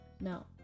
Now